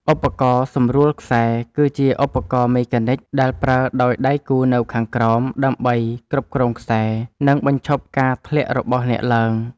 ឧបករណ៍សម្រួលខ្សែ គឺជាឧបករណ៍មេកានិចដែលប្រើដោយដៃគូនៅខាងក្រោម ដើម្បីគ្រប់គ្រងខ្សែ និងបញ្ឈប់ការធ្លាក់របស់អ្នកឡើង។